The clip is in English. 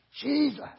Jesus